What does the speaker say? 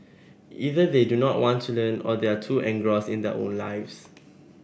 either they do not want to learn or they are too engrossed in their own lives